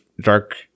dark